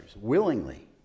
willingly